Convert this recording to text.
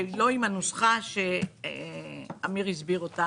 שלא עם הנוסחה המסובכת שאמיר הסביר,